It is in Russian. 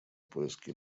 поиски